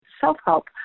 self-help